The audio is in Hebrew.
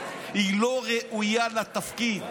היא לא ראויה לתפקיד.